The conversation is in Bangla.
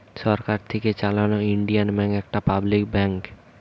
সরকার থিকে চালানো ইন্ডিয়ান ব্যাঙ্ক একটা পাবলিক ব্যাঙ্ক